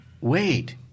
wait